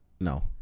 No